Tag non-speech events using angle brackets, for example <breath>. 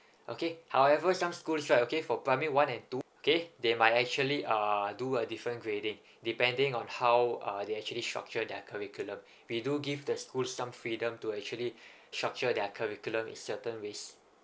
okay however some school right okay for primary one and two okay they might actually uh do a different grading depending on how are they actually structure their curriculum we do give the school some freedom to actually <breath> structure their curriculum in certain ways